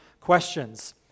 questions